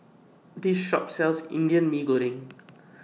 This Shop sells Indian Mee Goreng